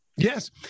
Yes